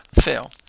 fail